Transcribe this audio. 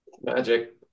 Magic